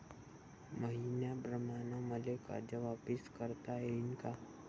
मईन्याप्रमाणं मले कर्ज वापिस करता येईन का?